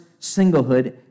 singlehood